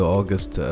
August